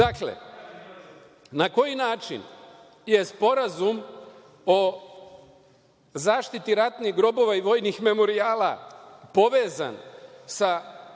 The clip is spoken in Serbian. poente. Dakle, na koji način je Sporazum o zaštiti ratnih grobova i vojnih memorijala povezan sa